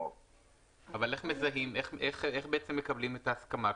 אבל איך בעצם מקבלים את ההסכמה הזאת?